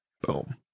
boom